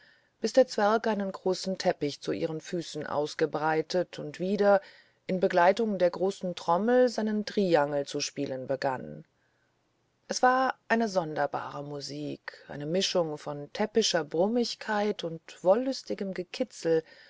bis der zwerg einen großen teppich zu ihren füßen ausgebreitet und wieder in begleitung der großen trommel seinen triangel zu spielen begann es war eine sonderbare musik eine mischung von täppischer brummigkeit und wollüstigem gekitzel